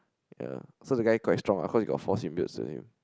ya so the guy quite strong ah I heard he got four symbiotes already